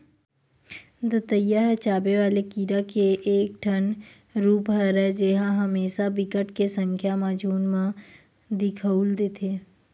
दतइया ह चाबे वाले कीरा के एक ठन रुप हरय जेहा हमेसा बिकट के संख्या म झुंठ म दिखउल देथे